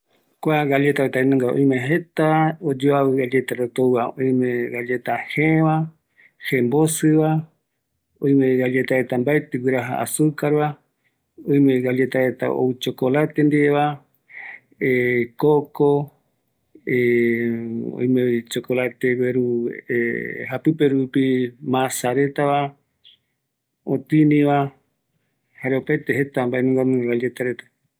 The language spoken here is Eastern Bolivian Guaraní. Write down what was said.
Kuareta jaenungavi, galleta reta, jëëva, jembosɨva, chocolate ndiveva, oïme dietetico, galleta ɨ ndiveño va, mabel, oïme relleno ndive ouretava